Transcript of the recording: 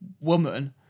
woman